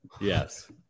Yes